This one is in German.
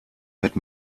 hört